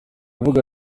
avuga